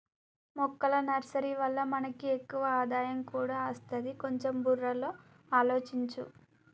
మొక్కల నర్సరీ వల్ల మనకి ఎక్కువ ఆదాయం కూడా అస్తది, కొంచెం బుర్రలో ఆలోచించు